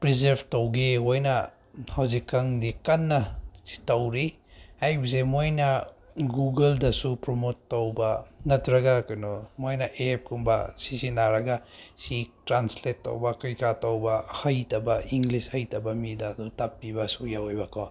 preserve ꯇꯧꯒꯦ ꯑꯣꯏꯅ ꯍꯧꯖꯤꯛꯀꯥꯟꯗꯤ ꯀꯟꯅ ꯇꯧꯔꯤ ꯍꯥꯏꯕꯁꯦ ꯃꯣꯏꯅ ꯒꯨꯒꯜꯗꯁꯨ ꯄ꯭ꯔꯣꯃꯣꯠ ꯇꯧꯕ ꯅꯠꯇ꯭ꯔꯒ ꯀꯩꯅꯣ ꯃꯣꯏꯅ ꯑꯦꯞꯀꯨꯝꯕ ꯁꯤꯖꯤꯟꯅꯔꯒ ꯁꯤ ꯇ꯭ꯔꯥꯟꯁꯂꯦꯠ ꯇꯧꯕ ꯀꯩꯀꯥ ꯇꯧꯕ ꯍꯩꯇꯕ ꯏꯪꯂꯤꯁ ꯍꯩꯇꯕ ꯃꯤꯗ ꯑꯗꯨꯝ ꯇꯥꯛꯄꯤꯕꯁꯨ ꯌꯥꯎꯏꯕꯀꯣ